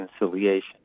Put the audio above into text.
reconciliation